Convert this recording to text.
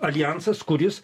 aljansas kuris